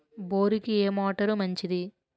బోరుకి ఏ మోటారు మంచిది?